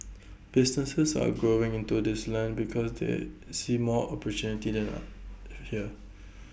businesses are going into this land because they see more opportunities there here